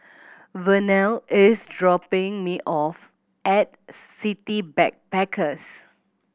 Vernal is dropping me off at City Backpackers